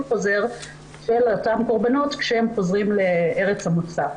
חוזר של אותם קורבנות כשהם חוזרים לארץ המוצא.